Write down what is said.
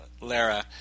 Lara